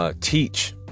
Teach